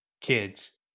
kids